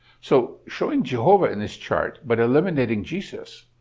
so, showing jehovah in this chart, but eliminating jesus,